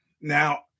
Now